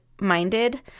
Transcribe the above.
minded